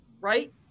right